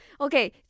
Okay